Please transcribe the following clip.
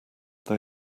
they